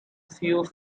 field